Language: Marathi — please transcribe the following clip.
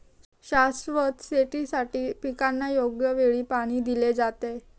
शाश्वत शेतीसाठी पिकांना योग्य वेळी पाणी दिले जाते